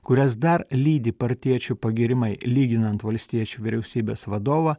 kurias dar lydi partiečių pagyrimai lyginant valstiečių vyriausybės vadovą